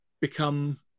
become